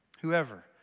whoever